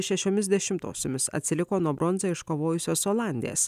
šešiomis dešimtosiomis atsiliko nuo bronzą iškovojusios olandės